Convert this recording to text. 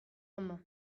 amañ